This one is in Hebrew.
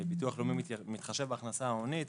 ביטוח לאומי מתחשב בהכנסה ההונית,